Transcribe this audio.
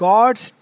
God's